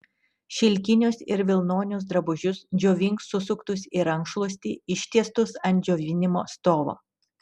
šilkinius ir vilnonius drabužius džiovink susuktus į rankšluostį ištiestus ant džiovinimo stovo